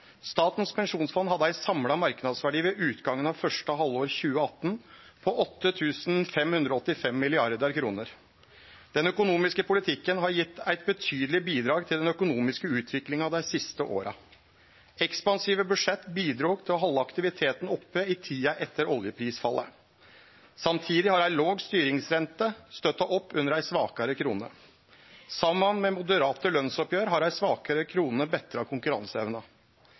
Statens pensjonsfond hadde ein samla marknadsverdi ved utgangen av første halvår 2018 på 8 585 mrd. kr. Den økonomiske politikken har gitt eit betydeleg bidrag til den økonomiske utviklinga dei siste åra. Ekspansive budsjett bidrog til å halde aktiviteten oppe i tida etter oljeprisfallet. Samtidig har ei låg styringsrente støtta opp under ei svakare krone. Saman med moderate lønnsoppgjer har ei svakare krone betra konkurranseevna.